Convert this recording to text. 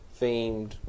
themed